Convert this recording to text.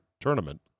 tournament